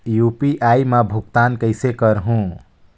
UPI मा भुगतान कइसे करहूं?